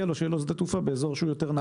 לו שיהיה לו שדה תעופה באזור יותר נגיש.